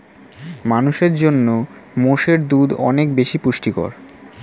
মানুষের জন্য মোষের দুধ অনেক বেশি পুষ্টিকর